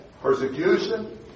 persecution